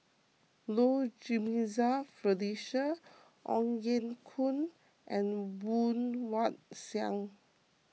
Low Jimenez Felicia Ong Ye Kung and Woon Wah Siang